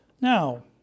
Now